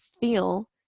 feel